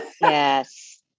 Yes